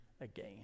again